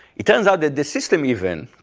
it turns out that the system even,